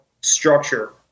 structure